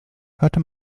hörte